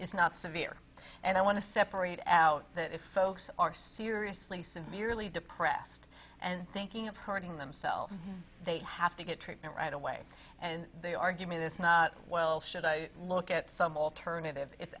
is not severe and i want to separate out that if folks are seriously severely depressed and thinking of hurting themselves they have to get treatment right away and they argue this not well should i look at some alternative it's